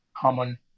common